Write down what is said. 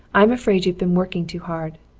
i'm afraid you've been working too hard.